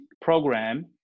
program